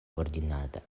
ordinara